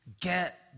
get